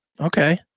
Okay